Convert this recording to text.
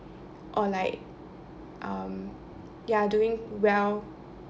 or like um ya doing well